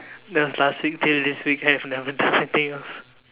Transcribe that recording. that was last week till this week I have never done anything else